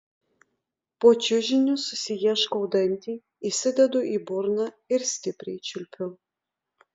po čiužiniu susiieškau dantį įsidedu į burną ir stipriai čiulpiu